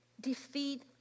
defeat